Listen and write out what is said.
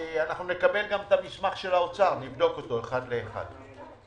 את המסמך של האוצר ונבדוק אותו אחד לאחד.